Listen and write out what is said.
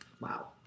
Wow